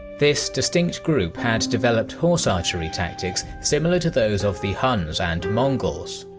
this distinct group had developed horse archery tactics similar to those of the huns and mongols.